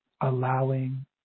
allowing